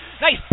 Nice